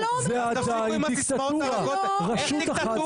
אז תפסיקו עם הסיסמאות אז מה זה עדיין דיקטטורה,